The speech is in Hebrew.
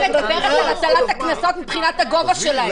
אני מדברת על הטלת הקנסות מבחינת הגובה שלהם.